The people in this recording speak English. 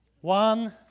One